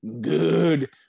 good